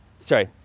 sorry